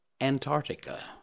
Antarctica